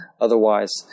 Otherwise